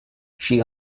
she